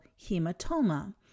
hematoma